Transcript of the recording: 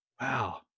Wow